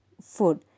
food